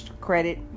Credit